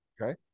Okay